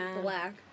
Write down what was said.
black